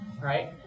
right